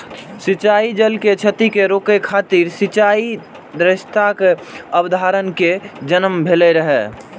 सिंचाइ जल के क्षति कें रोकै खातिर सिंचाइ दक्षताक अवधारणा के जन्म भेल रहै